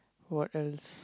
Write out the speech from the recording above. what else